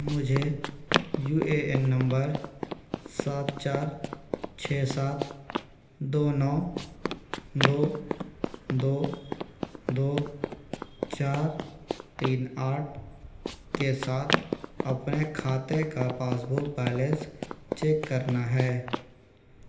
मुझे U A N number सात चार छः सात दो नौ दो दो दो चार तीन आठ के साथ अपने खाते का पासबुक बैलेंस चेक करना है